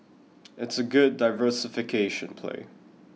it's a good diversification play